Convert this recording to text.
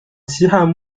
西汉